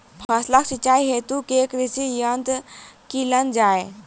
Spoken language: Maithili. फसलक सिंचाई हेतु केँ कृषि यंत्र कीनल जाए?